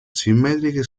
simmetriche